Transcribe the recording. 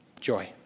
joy